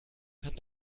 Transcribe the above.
kann